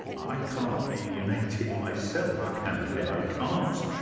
i can't alienate it myself, can i? i can't,